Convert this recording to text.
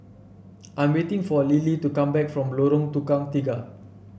I'm waiting for Lilie to come back from Lorong Tukang Tiga